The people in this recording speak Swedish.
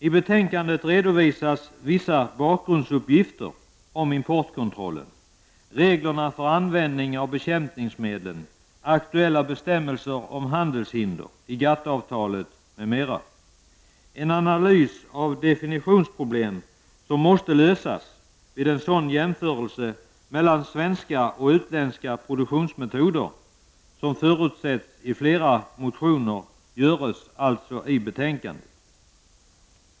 I betänkandet redovisas vissa bakgrundsuppgifter om importkontroll, reglerna för användning av bekämpningsmedel, aktuella bestämmelser om handelshinder i GATT-avtalet. En analys av definitionsproblem, som måste lösas vid en sådan jämförelse mellan svenska och utländska produktionsmetoder som förutsätts i flera motioner, görs i betänkandet.